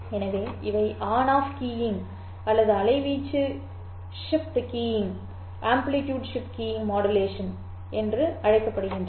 எனவே இவை on off keying அல்லது அலைவீச்சு ஷிப்ட் கீயிங் மாடுலேஷன் வடிவங்கள் என்று அழைக்கப்படுகின்றன